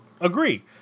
agree